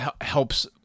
helps